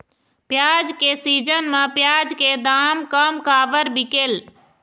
प्याज के सीजन म प्याज के दाम कम काबर बिकेल?